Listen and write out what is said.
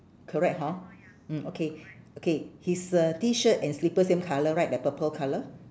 correct hor mm okay okay his uh T-shirt and slipper same colour right the purple colour